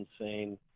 insane